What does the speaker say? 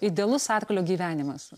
idealus arklio gyvenimas